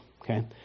okay